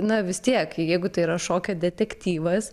na vis tiek jeigu tai yra šokio detektyvas